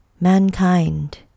mankind